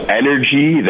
energy